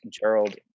Gerald